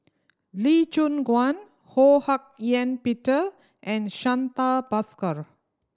Lee Choon Guan Ho Hak Ean Peter and Santha Bhaskar